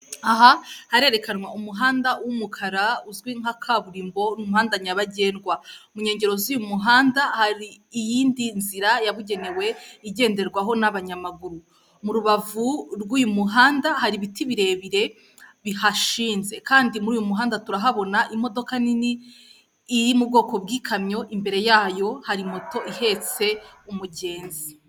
Aha harerekanwa umuhanda w'umukara uzwi nka kaburimbo n'umuhanda nyabagendwa. Mu nkengero z'uyu muhanda hari iyindi nzira yabugenewe igenderwaho n'abanyamaguru. Mu rubavu rw'uyu muhanda hari ibiti birebire bihashinze kandi muri uyu muhanda turahabona imodoka nini iri mu bwoko bw'ikamyo imbere yayo hari moto ihetse umugenzi.